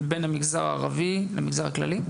בין המגזר הכללי למגזר הערבי?